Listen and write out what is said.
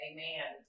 Amen